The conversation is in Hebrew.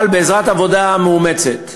אבל בעזרת עבודה מאומצת,